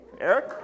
Eric